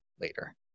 later